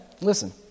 Listen